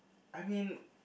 I mean